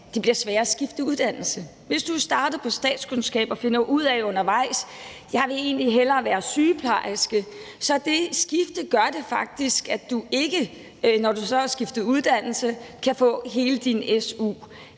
det bliver sværere at skifte uddannelse. Hvis du er startet på statskundskab og finder ud af undervejs, at du egentlig hellere vil være sygeplejerske, så gør det skifte faktisk, at du, når de så har skiftet uddannelse, ikke kan få hele din su,